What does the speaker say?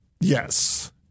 Yes